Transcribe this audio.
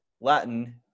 Latin